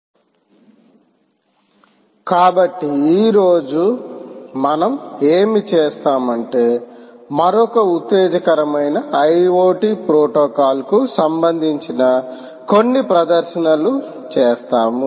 introduction and implementation of AMQP కాబట్టి ఈ రోజు మనం ఏమి చేస్తాం అంటే మరొక ఉత్తేజకరమైన iot ప్రోటోకాల్కు సంబంధించిన కొన్ని ప్రదర్శనలు చేస్తాము